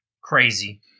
crazy